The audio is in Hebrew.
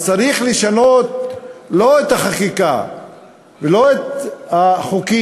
אז צריך לשנות, לא את החקיקה ולא את החוקים,